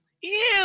Ew